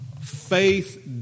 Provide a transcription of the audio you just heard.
faith